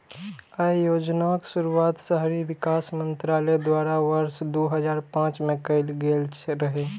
अय योजनाक शुरुआत शहरी विकास मंत्रालय द्वारा वर्ष दू हजार पांच मे कैल गेल रहै